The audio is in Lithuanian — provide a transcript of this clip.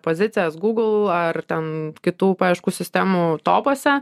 pozicijas google ar ten kitų paieškų sistemų topuose